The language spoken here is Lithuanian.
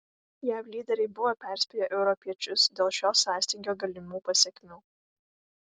jav lyderiai buvo perspėję europiečius dėl šio sąstingio galimų pasekmių